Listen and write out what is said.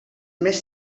més